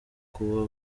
kuba